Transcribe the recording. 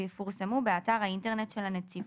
ויפורסמו באתר האינטרנט של הנציבות.